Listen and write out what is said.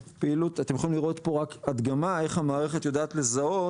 אתם יכולים לראות פה הדגמה איך המערכת יודעת לזהות.